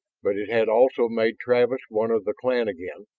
but it had also made travis one of the clan again,